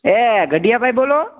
એ ગઢીયા ભાઈ બોલો